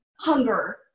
hunger